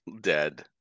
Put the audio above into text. dead